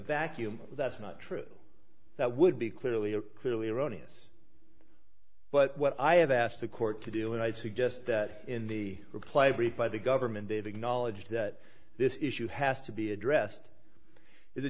vacuum that's not true that would be clearly clearly erroneous but what i have asked the court to deal with i suggest that in the reply brief by the government data acknowledge that this issue has to be addressed is a